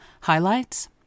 highlights